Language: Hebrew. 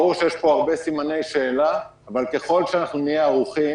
ברור שיש פה הרבה סימני שאלה אבל ככל שאנחנו נהיה ערוכים